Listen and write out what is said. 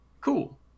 Cool